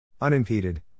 Unimpeded